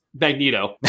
Magneto